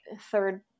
third